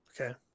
Okay